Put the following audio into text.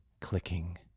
clicking